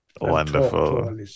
Wonderful